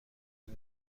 این